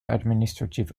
administrative